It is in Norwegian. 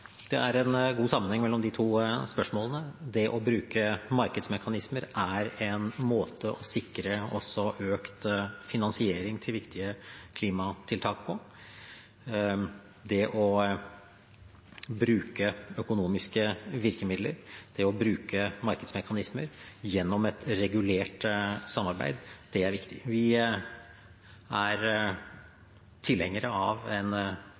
Det er en god sammenheng mellom de to spørsmålene. Det å bruke markedsmekanismer er en måte å sikre også økt finansiering til viktige klimatiltak på. Det å bruke økonomiske virkemidler, det å bruke markedsmekanismer gjennom et regulert samarbeid, er viktig. Vi er tilhengere av en